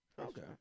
Okay